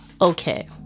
Okay